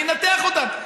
אני אנתח אותם.